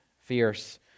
fierce